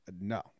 No